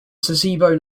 sasebo